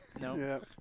no